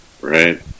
right